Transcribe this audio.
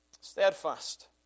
Steadfast